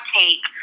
take